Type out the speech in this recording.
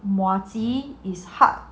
mochi is hard